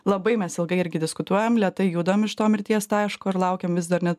labai mes ilgai irgi diskutuojam lėtai judam iš to mirties taško ir laukiam vis dar net